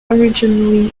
originally